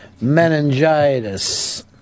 Meningitis